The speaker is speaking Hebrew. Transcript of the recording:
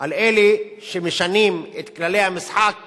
על אלה שמשנים את כללי המשחק